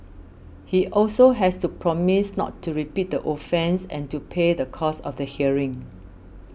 he also has to promise not to repeat the offence and to pay the cost of the hearing